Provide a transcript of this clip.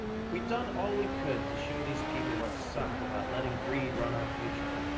we'd done all we could to show these people what sucked about letting greed run our future.